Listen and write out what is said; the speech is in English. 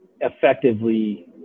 effectively